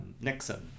nixon